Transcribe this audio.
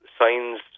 signs